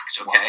okay